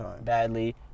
badly